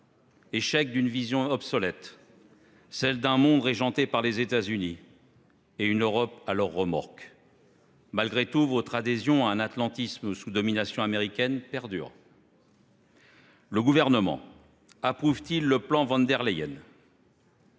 échec d’une vision obsolète, celle d’un monde régenté par les États Unis avec une Europe à leur remorque. Malgré tout, votre adhésion à un atlantisme sous domination américaine perdure. Le Gouvernement approuve t il le plan von der Leyen ?